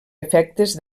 efectes